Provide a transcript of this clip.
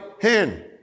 hand